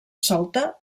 solta